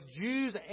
Jews